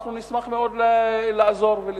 אנחנו נשמח מאוד לעזור ולתמוך.